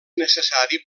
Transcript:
necessari